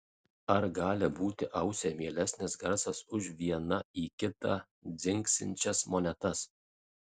ar gali būti ausiai mielesnis garsas už viena į kitą dzingsinčias monetas